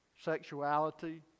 Sexuality